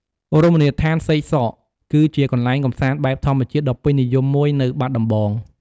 រមណីយដ្ឋានសេកសក គឺជាកន្លែងកម្សាន្តបែបធម្មជាតិដ៏ពេញនិយមមួយនៅបាត់ដំបង។